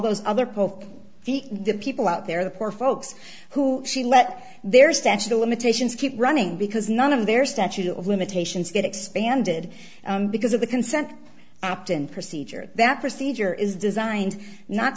poll the people out there the poor folks who she let their statute of limitations keep running because none of their statute of limitations get expanded because of the consent opt in procedure that procedure is designed not